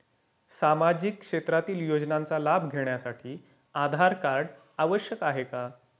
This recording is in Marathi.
सामाजिक क्षेत्रातील योजनांचा लाभ घेण्यासाठी आधार कार्ड आवश्यक आहे का?